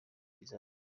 izaza